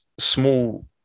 small